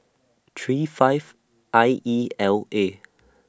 three five I E L A